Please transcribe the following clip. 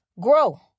Grow